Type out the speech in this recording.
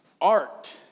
Art